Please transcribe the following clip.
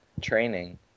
training